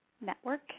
Network